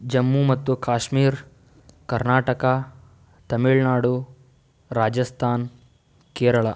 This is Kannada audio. ಜಮ್ಮು ಮತ್ತು ಕಾಶ್ಮೀರ ಕರ್ನಾಟಕ ತಮಿಳುನಾಡು ರಾಜಸ್ಥಾನ ಕೇರಳ